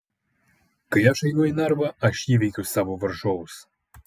kai aš einu į narvą aš įveikiu savo varžovus